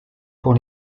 pour